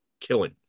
killing